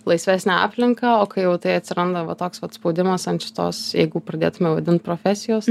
laisvesnę aplinką o kai jau tai atsiranda va toks vat spaudimas ant šitos jeigu pradėtume vadint profesijos